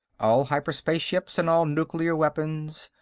all hyperspace ships, and all nuclear weapons.